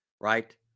right